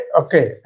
okay